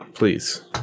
Please